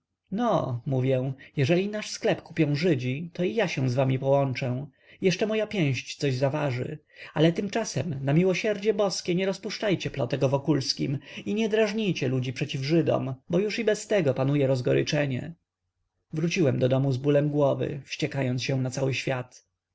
no mówię jeżeli nasz sklep kupią żydzi to i ja się z wami połączę jeszcze moja pięść coś zaważy ale tymczasem na miłosierdzie boskie nie rozpuszczajcie plotek o wokulskim i nie drażnijcie ludzi przeciw żydom bo już i bez tego panuje rozgoryczenie wróciłem do domu z bólem głowy wściekając się na cały świat